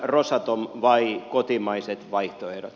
rosatom vai kotimaiset vaihtoehdot